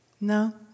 No